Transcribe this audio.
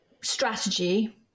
strategy